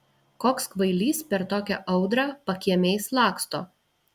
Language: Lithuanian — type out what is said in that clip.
koks kvailys per tokią audrą pakiemiais laksto